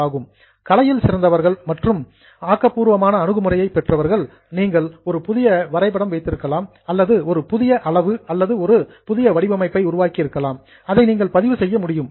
art கலையில் சிறந்தவர்கள் மற்றும் க்ரியேட்டிவ் ஆட்டிட்யூட் ஆக்கப்பூர்வமான அணுகுமுறையைப் பெற்றவர்கள் நீங்கள் ஒரு புதிய வரைபடம் வைத்திருக்கலாம் அல்லது ஒரு புதிய அளவு அல்லது ஒரு வடிவமைப்பை உருவாக்கியிருக்கலாம் அதை நீங்கள் பதிவு செய்ய முடியும்